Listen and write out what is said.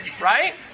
Right